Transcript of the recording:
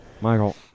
Michael